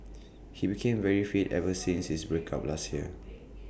he became very fit ever since his break up last year